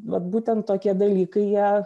vat būtent tokie dalykai jie